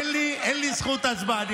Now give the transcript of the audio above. אין לי זכות הצבעה.